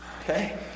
Okay